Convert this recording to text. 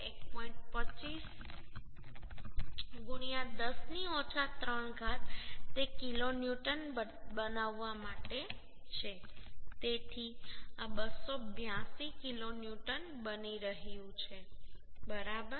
25 10 ની ઓછા 3 ઘાત તે કિલોન્યુટન બનાવવા માટે છે તેથી આ 282 કિલોન્યુટન બની રહ્યું છે બરાબર